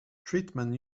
treatment